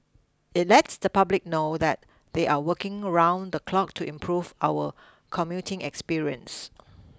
it lets the public know that they are working round the clock to improve our commuting experience